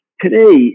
today